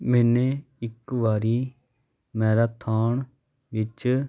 ਮੈਨੇ ਇੱਕ ਵਾਰੀ ਮੈਰਾਥੋਨ ਵਿੱਚ